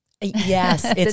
Yes